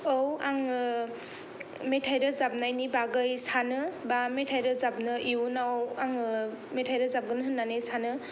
औ आङो मेथाइ रोजाबनायनि बागै सानो बा मेथाइ रोजाबनो इयुनाव आङो मेथाइ रोजाबगोन होननानै सानो